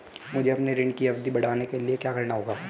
मुझे अपने ऋण की अवधि बढ़वाने के लिए क्या करना होगा?